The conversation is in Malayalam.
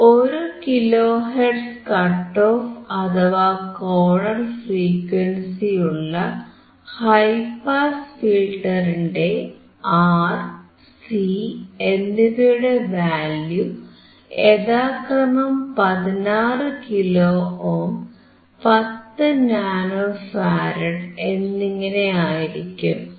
1 കിലോ ഹെർട്സ് കട്ട് ഓഫ് അഥവാ കോർണർ ഫ്രീക്വൻസിയുള്ള ഹൈ പാസ് ഫിൽറ്ററിന്റെ ആർ സി എന്നിവയുടെ വാല്യൂ യഥാക്രമം 16 കിലോ ഓം 10 നാനോ ഫാരഡ് എന്നിങ്ങനെ ആയിരിക്കും